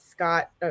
Scott